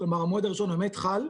כלומר המועד הראשון באמת חל,